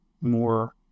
more